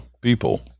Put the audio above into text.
people